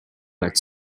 but